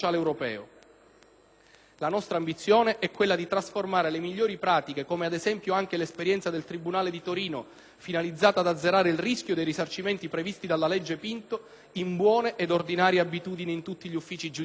La nostra ambizione è quella di trasformare le migliori pratiche - come, ad esempio, anche l'esperienza del tribunale di Torino finalizzata ad azzerare il rischio dei risarcimenti previsti dalla legge Pinto - in buone ed ordinarie abitudini in tutti gli uffici giudiziari.